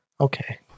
Okay